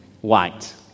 white